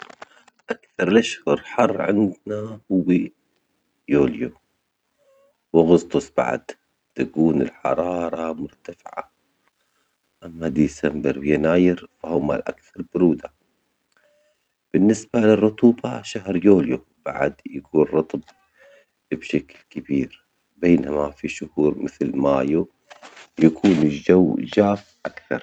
أكثر الأشهر حر عندنا هو يوليو و أغسطس بعد، تكون الحرارة مرتفعة أما ديسمبر و يناير فهم الأكثر برودة بالنسبة للرطوبة شهر يوليو بعد يكون رطب ابشكل كبير بينما في شهور مثل مايو يكون الجو جاف أكثر.